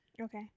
okay